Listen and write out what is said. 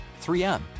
3M